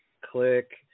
click